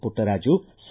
Puttaraju ಸಾ